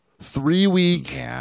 three-week